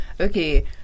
Okay